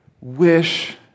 wish